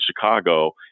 Chicago